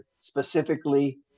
specifically